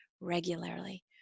regularly